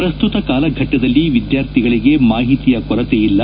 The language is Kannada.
ಪ್ರಸ್ತುತ ಕಾಲಘಟ್ಷದಲ್ಲಿ ವಿದ್ವಾರ್ಥಿಗಳಿಗೆ ಮಾಹಿತಿ ಕೊರತೆ ಇಲ್ಲ